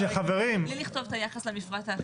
בלי לכתוב את היחס למפרט האחיד.